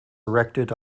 erected